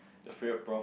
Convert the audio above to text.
your favorite prof